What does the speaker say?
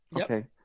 okay